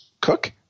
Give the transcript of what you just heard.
Cook